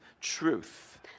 truth